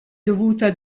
dovuta